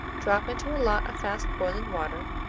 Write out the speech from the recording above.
drop into a lot of fast-boiling water,